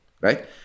right